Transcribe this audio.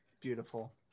Beautiful